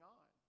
on